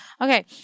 Okay